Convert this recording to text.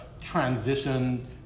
transition